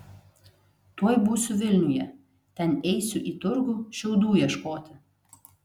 tuoj būsiu vilniuje ten eisiu į turgų šiaudų ieškoti